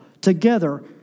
Together